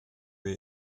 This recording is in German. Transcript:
wir